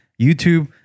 YouTube